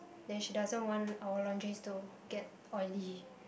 then she doesn't want our laundries to get oily